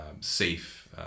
safe